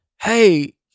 hey